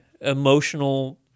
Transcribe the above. emotional